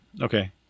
Okay